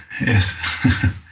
Yes